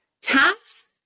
Tax